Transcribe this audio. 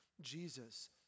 Jesus